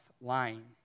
lying